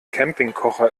campingkocher